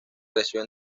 creció